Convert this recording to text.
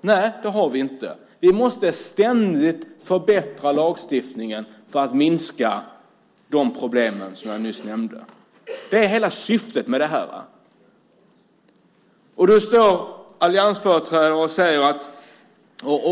Nej, det har vi inte. Vi måste ständigt förbättra lagstiftningen för att minska de problem som jag just nämnde. Det är syftet med detta. Alliansföreträdare